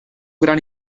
gran